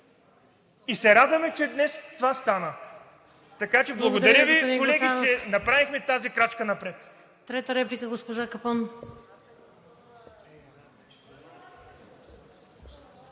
Радваме се, че днес това стана. Благодаря Ви, колеги, че направихме тази крачка напред.